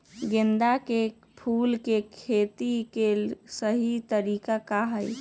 गेंदा के फूल के खेती के सही तरीका का हाई?